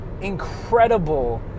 incredible